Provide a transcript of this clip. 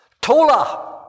Tola